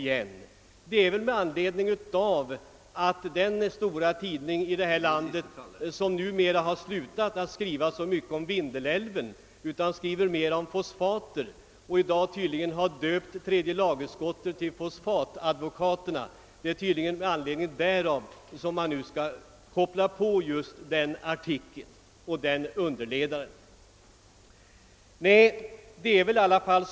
Det är väl med anledning av att den stora tidning i detta land, som numera slutat skriva så mycket om Vindelälven och i stället skriver mera om fosfater och som nyligen har döpt tredje lagutskottet till fosfatadvokaterna, i dag har en artikel som motionärerna kopplat på.